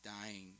dying